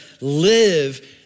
live